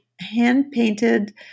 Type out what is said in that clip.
hand-painted